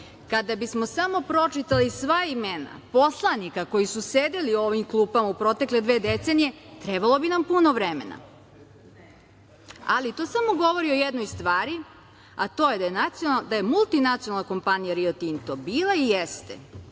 Kada bismo samo pročitali sva imena poslanika koji su sedeli u ovim klupama u protekle dve decenije, trebalo bi nam puno vremena. Ali, to samo govori o jednoj stvari, a to je da je multinacionalna kompanija „Rio Tinto“ bila i jeste